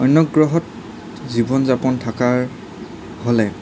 অন্য গ্ৰহত জীৱন যাপন থকাৰ হ'লে